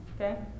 okay